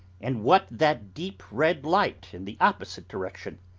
and what that deep red light in the opposite direction?